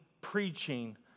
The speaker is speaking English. preaching